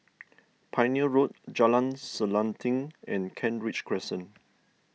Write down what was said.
Pioneer Road Jalan Selanting and Kent Ridge Crescent